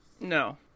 no